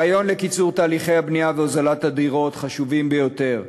הרעיונות לקיצור תהליכי הבנייה והוזלת הדירות חשובים ביותר,